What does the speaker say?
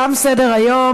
תם סדר-היום.